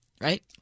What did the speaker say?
right